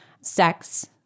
Sex